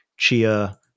Chia